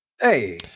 Hey